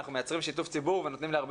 אנחנו מייצרים שיתוף ציבור ונותנים להרבה